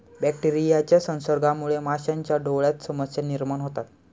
बॅक्टेरियाच्या संसर्गामुळे माशांच्या डोळ्यांत समस्या निर्माण होतात